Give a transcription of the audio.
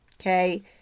okay